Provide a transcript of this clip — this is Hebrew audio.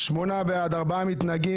הצבעה אושר רוויזיה.